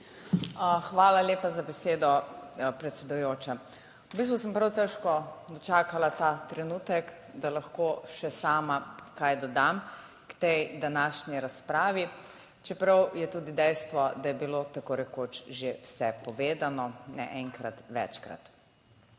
Hvala lepa za besedo, predsedujoča. V bistvu sem prav težko čakala ta trenutek, da lahko še sama kaj dodam k tej današnji razpravi, čeprav je tudi dejstvo, da je bilo tako rekoč že vse povedano, ne enkrat, večkrat.